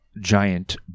giant